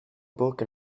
book